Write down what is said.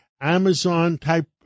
Amazon-type